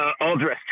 all-dressed